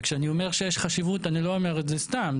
וכשאני אומר שיש חשיבות אני לא אומר את זה סתם,